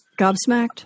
gobsmacked